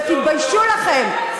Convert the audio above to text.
ותתביישו לכם,